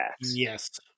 Yes